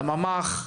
לממ"ח,